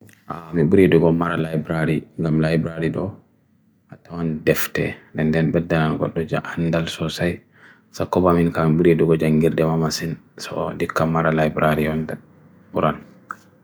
Ami buri dugo mara library, lam library do, ato an defte. An den buri dhan koto ja andal sosai. So koba min ka buri dugo ja ngeerde mamasin. So dikka mara library on da, buran.